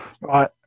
Right